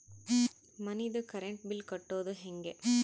ಮನಿದು current bill ಕಟ್ಟೊದು ಹೇಗೆ?